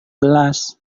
gelas